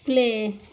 play